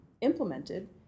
implemented